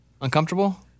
Uncomfortable